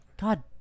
God